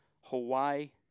Hawaii